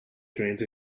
trains